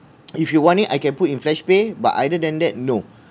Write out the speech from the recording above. if you want it I can put in flashpay but either than that no